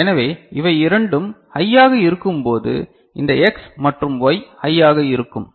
எனவே இவை இரண்டும் ஹையாக இருக்கும்போது இந்த X மற்றும் Y ஹையாக இருக்கும்